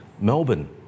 Melbourne